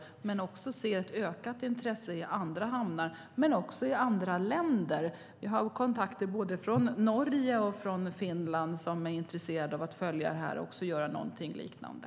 Jag ser också ett ökat intresse i andra hamnar och i andra länder. Vi har kontakter i både Norge och Finland som är intresserade av att följa detta och göra något liknande.